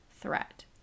threat